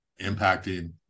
impacting